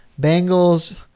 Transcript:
Bengals